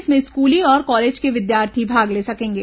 इसमें स्कूली और कॉलेज के विद्यार्थी भाग ले सकेंगे